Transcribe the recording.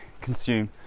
consume